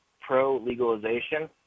pro-legalization